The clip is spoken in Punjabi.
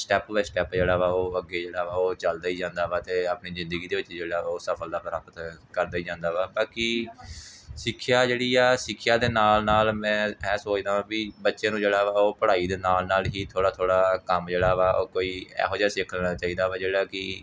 ਸਟੈਪ ਵਾਏ ਸਟੈਪ ਜਿਹੜਾ ਵਾ ਉਹ ਅੱਗੇ ਜਿਹੜਾ ਵਾ ਉਹ ਚੱਲਦਾ ਹੀ ਜਾਂਦਾ ਵਾ ਅਤੇ ਆਪਣੀ ਜ਼ਿੰਦਗੀ ਦੇ ਵਿੱਚ ਜਿਹੜਾ ਉਹ ਸਫਲਤਾ ਪ੍ਰਾਪਤ ਕਰਦੇ ਹੀ ਜਾਂਦਾ ਵਾ ਬਾਕੀ ਸਿੱਖਿਆ ਜਿਹੜੀ ਆ ਸਿੱਖਿਆ ਦੇ ਨਾਲ ਨਾਲ ਮੈਂ ਇਹ ਸੋਚਦਾ ਵੀ ਬੱਚੇ ਨੂੰ ਜਿਹੜਾ ਉਹ ਪੜ੍ਹਾਈ ਦੇ ਨਾਲ ਨਾਲ ਹੀ ਥੋੜ੍ਹਾ ਥੋੜ੍ਹਾ ਕੰਮ ਜਿਹੜਾ ਵਾ ਉਹ ਕੋਈ ਇਹੋ ਜਿਹਾ ਸਿੱਖ ਲੈਣਾ ਚਾਹੀਦਾ ਵਾ ਜਿਹੜਾ ਕਿ